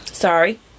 sorry